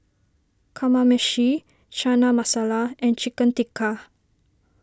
Kamameshi Chana Masala and Chicken Tikka